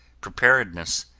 preparedness,